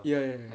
ya ya ya